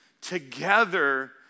Together